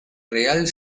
real